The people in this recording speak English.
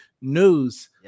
news